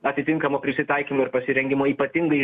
atitinkamo prisitaikymo ir pasirengimo ypatingai